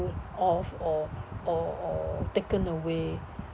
off or or or taken away